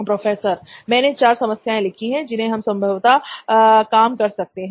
professor मैंने चार समस्याएं लिखी हैं जिन्हें हम संभवत काम कर सकते हैं